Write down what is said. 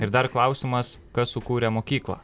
ir dar klausimas kas sukūrė mokyklą